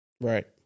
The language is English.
Right